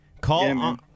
call